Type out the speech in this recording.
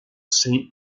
saint